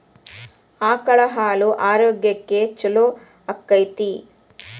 ಆಕಳ ಹಾಲು ಆರೋಗ್ಯಕ್ಕೆ ಛಲೋ ಆಕ್ಕೆತಿ?